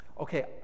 Okay